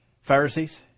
Pharisees